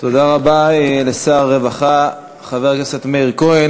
תודה רבה לשר הרווחה חבר הכנסת מאיר כהן.